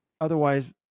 Otherwise